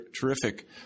terrific